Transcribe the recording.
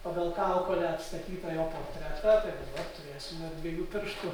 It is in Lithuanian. pagal kaukolę atstatytą jo portretą tai dabar turėsime dviejų pirštų